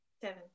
Seven